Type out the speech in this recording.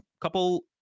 couple